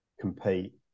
compete